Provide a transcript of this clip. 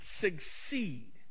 succeed